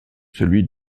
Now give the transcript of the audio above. celui